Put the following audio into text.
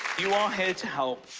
you are here to help.